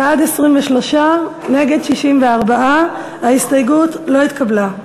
בעד, 23. נגד, 64. ההסתייגות לא התקבלה.